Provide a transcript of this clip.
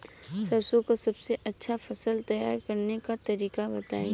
सरसों का सबसे अच्छा फसल तैयार करने का तरीका बताई